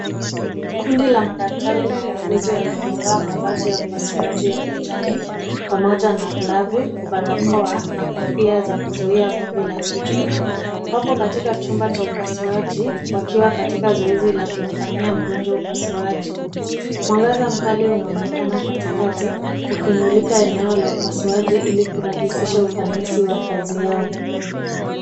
Kundi la madaktari na wauguzi waliovaa mavazi ya upasuaji ya kijani pamoja na glovu, barakoa na kofia za kuzuia vumbi la kichwa, wako katika jumba cha upasuaji wakiwa katika zoezi la kufanyia mngonjwa upasuaji, mwangaza mkali unaonekana katika ukimulika eneo la upasuaji ili kurahisisha ufanisi wa kazi yao.